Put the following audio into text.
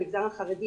המגזר החרדי,